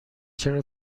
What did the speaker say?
چرا